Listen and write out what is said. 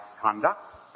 conduct